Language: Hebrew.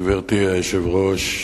גברתי היושבת-ראש,